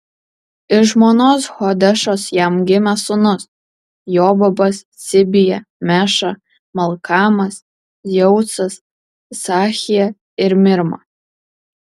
iš žmonos hodešos jam gimė sūnūs jobabas cibija meša malkamas jeucas sachija ir mirma